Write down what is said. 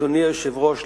אדוני היושב-ראש,